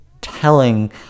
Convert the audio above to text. telling